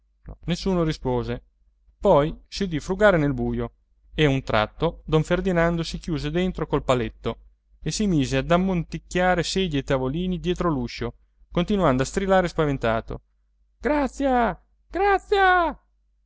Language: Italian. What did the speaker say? nessuno rispose poi si udì frugare nel buio e a un tratto don ferdinando si chiuse dentro col paletto e si mise ad ammonticchiare sedie e tavolini dietro l'uscio continuando a strillare spaventato grazia grazia